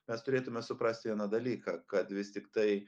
mes turėtume suprasti vieną dalyką kad vis tiktai